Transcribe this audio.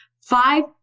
Five